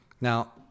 Now